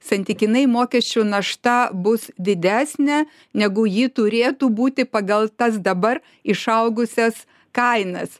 santykinai mokesčių našta bus didesnė negu ji turėtų būti pagal tas dabar išaugusias kainas